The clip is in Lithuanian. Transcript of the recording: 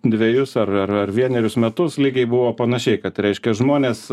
dvejus ar ar ar vienerius metus lygiai buvo panašiai kad reiškia žmones